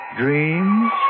dreams